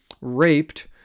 raped